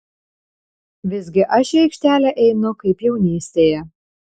visgi aš į aikštelę einu kaip jaunystėje